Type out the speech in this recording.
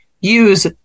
use